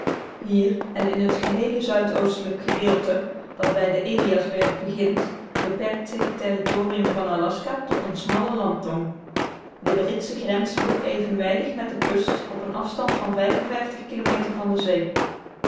hier en in het geheele zuidoostelijk gedeelte dat bij den eliasberg begint beperkt zich het territorium van aljaska tot eene smalle landtong de britsche grens loopt evenwijdig met de kust op eenen afstand van kilometer van de zee